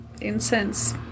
incense